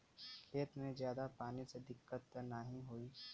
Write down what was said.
खेत में ज्यादा पानी से दिक्कत त नाही होई?